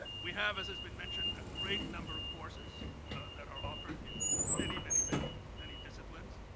we have, as has been mentioned, a great number of courses that are offered in many, many, many, many disciplines.